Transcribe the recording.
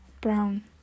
brown